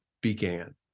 began